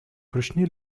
прочны